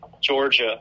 Georgia